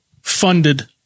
funded